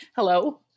Hello